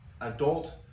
adult